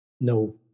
no